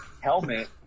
helmet